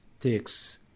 takes